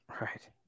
Right